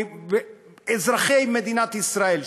אזרחי מדינת ישראל,